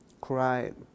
cried